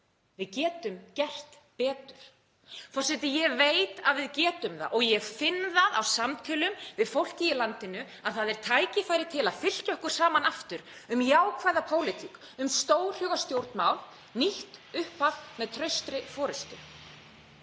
við getum gert betur. Forseti. Ég veit að við getum gert betur og ég finn það á samtölum við fólkið í landinu að það er tækifæri til að fylkja okkur saman aftur um jákvæða pólitík, um stórhuga stjórnmál, nýtt upphaf með traustri forystu.